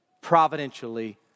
providentially